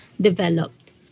developed